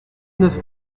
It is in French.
neuf